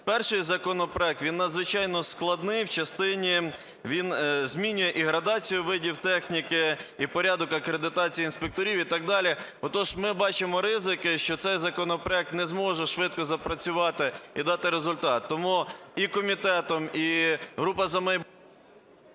перший законопроект, він надзвичайно складний в частині… він змінює і градацію видів техніки, і порядок акредитації інспекторів, і так далі. Отож, ми бачимо ризики, що цей законопроект не зможе швидко запрацювати і дати результат. Тому і комітет, і група… ГОЛОВУЮЧИЙ.